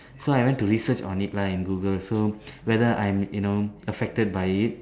so I went to research on it lah in Google so whether I'm you know affected by it